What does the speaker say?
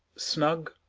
snug,